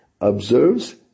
observes